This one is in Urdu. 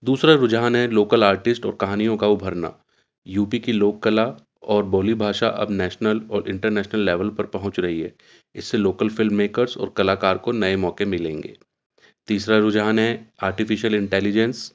دوسرا رجحان ہے لوکل آرٹسٹ اور کہانیوں کا ابھرنا یو پی کی لوک کلا اور بولی بھاشا اب نیشنل اور انٹرنیشنل لیول پر پہنچ رہی ہے اس سے لوکل فلم میکرس اور کلا کار کو نئے موقع ملیں گے تیسرا رجحان ہے آرٹیفیشیل انٹیلیجنس